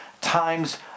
times